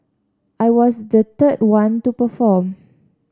I was the third one to perform